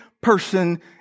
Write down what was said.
person